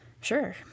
Sure